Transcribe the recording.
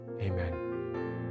Amen